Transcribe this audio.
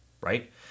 right